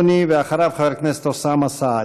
בבקשה, אדוני, ואחריו, חבר הכנסת אוסאמה סעדי.